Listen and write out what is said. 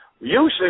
Usually